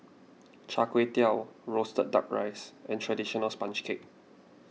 Char Kway Teow Roasted Duck Rice and Traditional Sponge Cake